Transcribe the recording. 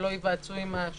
שלא נועצו עם השופטים.